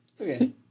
Okay